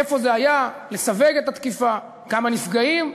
איפה זה היה, לסווג את התקיפה, כמה נפגעים.